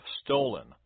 stolen